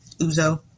Uzo